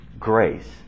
Grace